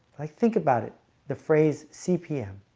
i think about it the phrase cpm